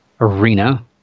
arena